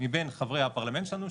מבין חברי הפרלמנט שלנו,